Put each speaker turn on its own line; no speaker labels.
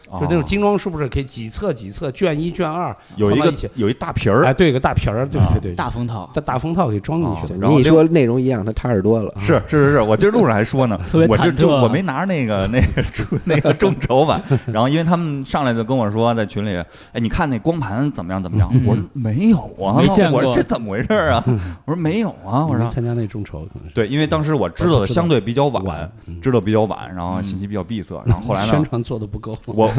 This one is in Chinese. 就那种
哦。
精装是不是可以几册几册，卷一卷二
有一个-
放到一起？
有一大皮儿。
哎，对，有个大皮儿， 对，对，对。
啊。
大封套。
大- 大封套给装进去的。
哦，然后另-
你一说内容一样，他踏实多了，啊。
是，是，是，是，我今儿路上还说呢， 我就-
特别忐忑啊。
就我没拿那个， 那个，那个众筹版， 然后因为他们上来就跟我说，在群里，“哎，你看那光盘怎么样，怎么样？”我说，
嗯。
“没有啊。”
没见过。
我说，“这怎么回事儿啊？”
嗯。
我说， “没有啊。”我说-
你没参加那众筹，可能是。
对，因为当时我知道的
不知道，不知道。
相对比较晚，
嗯。
知道比较晚，然后信息比较闭塞，然后后来呢，
宣传做得不够。
我-